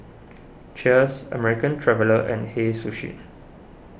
Cheers American Traveller and Hei Sushi